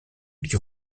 die